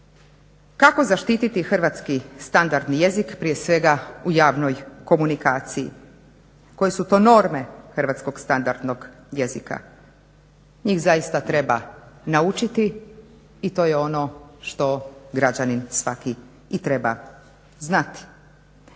Kako zaštiti hrvatski standardni jezik prije svega u javnoj komunikaciji? Koje su to norme hrvatskog standardnog jezika? Njih zaista treba naučiti i to je ono što svaki građanin treba znati.